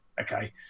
Okay